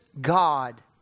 God